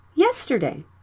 yesterday